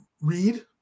read